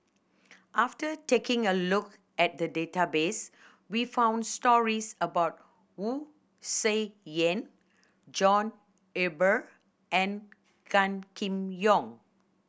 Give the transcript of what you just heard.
after taking a look at the database we found stories about Wu Tsai Yen John Eber and Gan Kim Yong